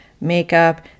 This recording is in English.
makeup